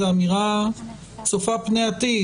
זאת אמירה צופה פני עתיד.